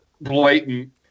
blatant